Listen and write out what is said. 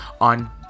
on